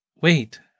wait